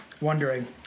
wondering